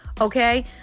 Okay